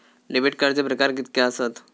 Debit कार्डचे प्रकार कीतके आसत?